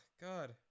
God